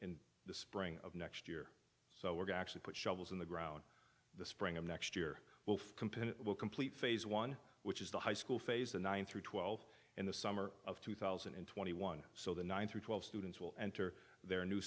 in the spring of next year so we're going to put shovels in the ground the spring of next year wolf will complete phase one which is the high school phase the nine through twelve in the summer of two thousand and twenty one so the nine through twelve students will enter their new